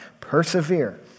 persevere